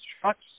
trucks